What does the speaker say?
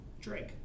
Drake